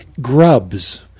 grubs